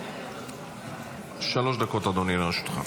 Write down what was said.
בבקשה, שלוש דקות לרשותך, אדוני.